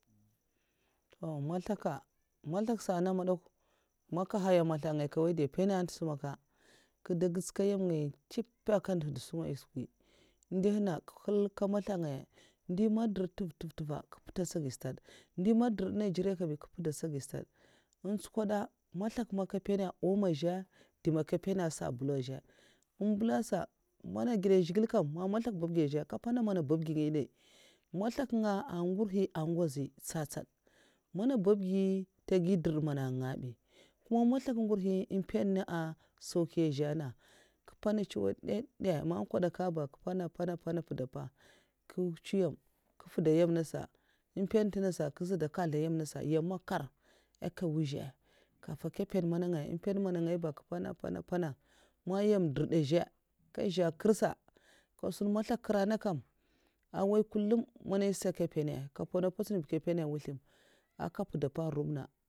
Mèzlèka sa man nkè nhaya mèzlak ngaya ngwoy ntè mpèna nisa maka nkè ndègètsa nyèm nagya chè nga ndèhda sungaya mpa nɗèhna nko ncèkwa mazlèk ngaya man dirdè ntèv ntvè; va man durdè ntèv ankè mpar ta nzjè gi stad ndè man dirdè ntè va bi nkè mpur tè chagi stad èn vhukwèda omo nga ya n zhè mazlèk man'nkè mpèna man; omo zhè ndè. man nkè mpèna a sabulè nzhè mbèla sa mun gèda zhigilè kabi sa man mèzlèak ngurhi tsad tsad babgi mzhè sa a ntè giw ndurdè man nga nga bi mèpna nanga sauki nzè na nkè mpèan tsuwadadda man kwadaka ba mpèna npara mkè mpuda pa nkè nguts nyèm ngwazlè nyèam mbula sa kafi nkè mpèan ngaya èm mpèna mèn ngaya ba mannkè mpèna mpèna mannnyrèèma dirdè zhè nkè nzhè nkèr sa mmazlèk ng'kèra nènga sa awai kullum man zhè sa nkè mpana a nka mpuana mpotsun awaya nkè mpuana nwazlèm nka mpuda mpa an rubna